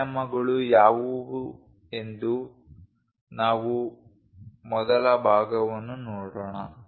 ಆಯಾಮಗಳು ಯಾವುವು ಎಂದು ನಾವು ಮೊದಲ ಭಾಗವನ್ನು ನೋಡೋಣ